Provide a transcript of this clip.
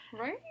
right